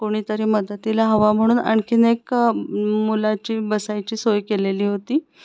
कोणीतरी मदतीला हवा म्हणून आणखीन एक मुलाची बसायची सोय केलेली होती